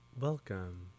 welcome